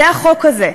זה החוק הזה.